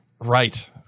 Right